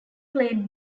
played